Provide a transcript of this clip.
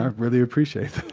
ah really appreciate